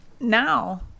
now